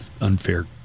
unfair